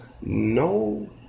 no